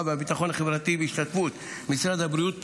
והביטחון החברתי בהשתתפות משרד הבריאות,